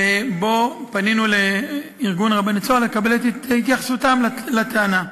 ובו פנינו לארגון רבני "צהר" לקבל את התייחסותם לטענה.